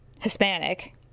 Hispanic